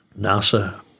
Nasa